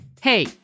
Hey